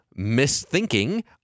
misthinking